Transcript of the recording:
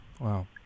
Wow